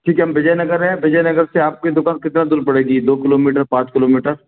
ठीक है हम विजयनगर है विजयनगर से आपकी दुकान कितनी दूर पड़ेगी दो किलोमीटर पाँच किलोमीटर